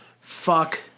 fuck